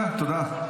תודה.